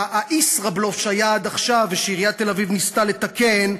הישראבלוף שהיה עד עכשיו ושעיריית תל-אביב ניסתה לתקן,